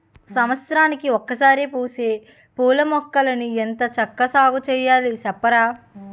సంవత్సరానికి ఒకసారే పూసే పూలమొక్కల్ని ఎంత చక్కా సాగుచెయ్యాలి సెప్పరా?